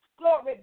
Glory